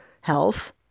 health